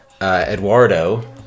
eduardo